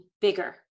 bigger